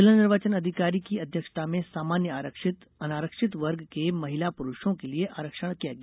जिला निर्वाचन अधिकारी की अध्यक्षता में सामान्य आरक्षित अनारक्षित वर्ग के महिला पुरुषों के लिए आरक्षण किया गया